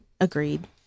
Agreed